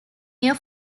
year